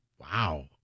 wow